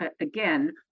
again